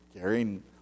carrying